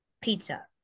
pizza